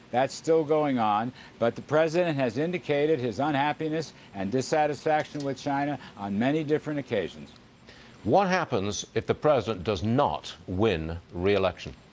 that's still going on but the president has indicated his unhappiness and dissatisfaction with china on many different occasions. stuart what happens if the president does not win re-election?